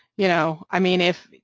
you know, i mean if,